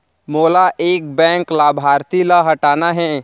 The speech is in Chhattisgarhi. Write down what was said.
मोला एक बैंक लाभार्थी ल हटाना हे?